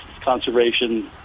conservation